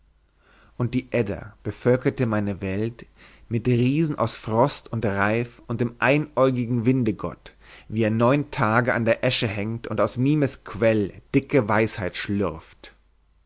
und die edda bevölkerte meine welt mit riesen aus frost und reif und dem einäugigen windegott wie er neun tage an der esche hängt und aus mimes quell dicke weisheit schlürft